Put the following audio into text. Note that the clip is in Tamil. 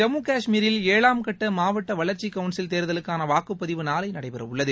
ஜம்மு காஷ்மீரில் ஏழாம் கட்ட மாவட்ட வளர்ச்சிக் கவுன்சில் தேர்தலுக்கான வாக்குப் பதிவு நாளை நடைபெற உள்ளது